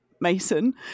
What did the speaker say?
mason